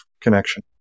connection